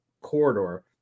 corridor